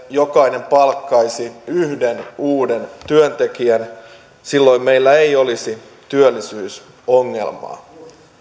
jokainen palkkaisi yhden uuden työntekijän silloin meillä ei olisi työllisyysongelmaa